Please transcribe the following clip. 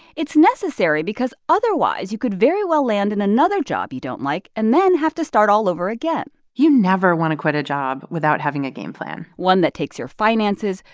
it's necessary because, otherwise, you could very well land in another job you don't like and then have to start all over again you never want to quit a job without having a game plan one that takes your finances,